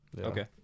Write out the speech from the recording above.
Okay